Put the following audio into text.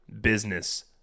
business